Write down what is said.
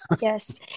Yes